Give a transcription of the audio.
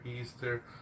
Easter